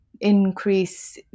increase